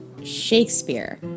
Shakespeare